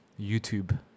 YouTube